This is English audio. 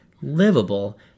livable